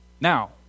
Now